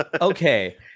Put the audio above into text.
Okay